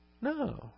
No